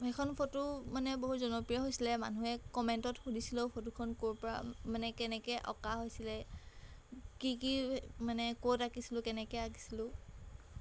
সেইখন ফটো মানে বহুত জনপ্ৰিয় হৈছিলে মানুহে কমেণ্টত সুধিছিলেও ফটোখন ক'ৰপৰা মানে কেনেকৈ অঁকা হৈছিলে কি কি মানে ক'ত আঁকিছিলোঁ কেনেকৈ আঁকিছিলোঁ